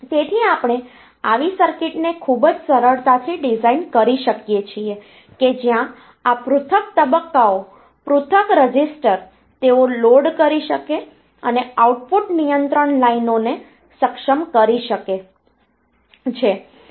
તેથી આપણે આવી સર્કિટને ખૂબ જ સરળતાથી ડિઝાઇન કરી શકીએ છીએ કે જ્યાં આ પૃથક તબક્કાઓ પૃથક રજીસ્ટર તેઓ લોડ કરી શકે અને આઉટપુટ નિયંત્રણ લાઈનો ને સક્ષમ કરી શકે છે